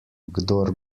kdor